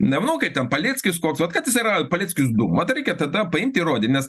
nemanau kaip ten paleckis koks vat kad jis yra paleckis du vat reikia tada paimt įrodyt nes